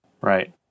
Right